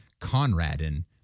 Conradin